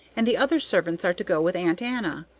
and the other servants are to go with aunt anna,